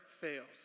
fails